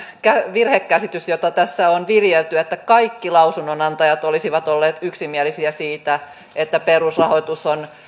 virhekäsitys jota tässä on viljelty että kaikki lausunnonantajat olisivat olleet yksimielisiä siitä että perusrahoitus on